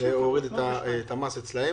להוריד את המס אצלם.